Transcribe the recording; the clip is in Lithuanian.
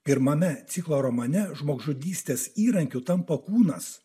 pirmame ciklo romane žmogžudystės įrankiu tampa kūnas